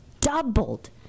doubled